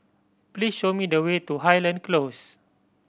please show me the way to Highland Close